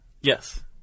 Yes